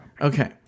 Okay